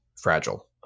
Fragile